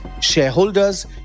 shareholders